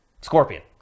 Scorpion